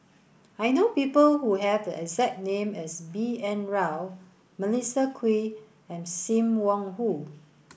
I know people who have the exact name as B N Rao Melissa Kwee and Sim Wong Hoo